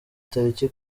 tariki